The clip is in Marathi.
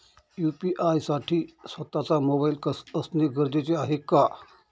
यू.पी.आय साठी स्वत:चा मोबाईल असणे गरजेचे आहे का?